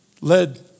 led